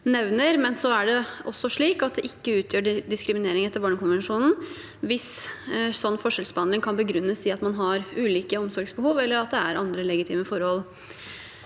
det er også slik at det ikke utgjør diskriminering etter barnekonvensjonen hvis en slik forskjellsbehandling kan begrunnes i at man har ulike omsorgsbehov, eller at det er andre legitime forhold.